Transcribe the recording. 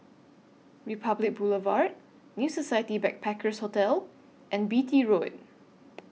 Republic Boulevard New Society Backpackers' Hotel and Beatty Road